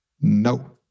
No